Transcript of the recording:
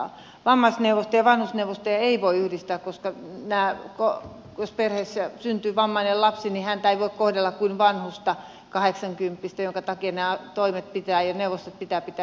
vammaisneuvostoja ja vanhusneuvostoja ei voi yhdistää koska jos perheessä syntyy vammainen lapsi niin häntä ei voi kohdella kuin vanhusta kahdeksankymppistä tämän takia nämä toimet ja neuvostot pitää pitää erillään